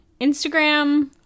Instagram